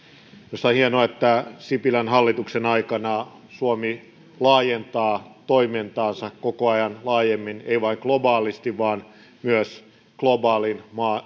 minusta on hienoa että sipilän hallituksen aikana suomi laajentaa toimintaansa koko ajan laajemmin ei vain globaalisti vaan myös globaalin